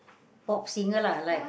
pop singer lah like